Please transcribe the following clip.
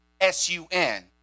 S-U-N